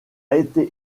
été